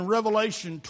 Revelation